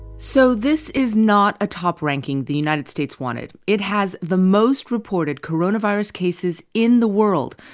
so this is not a top ranking the united states wanted. it has the most reported coronavirus cases in the world,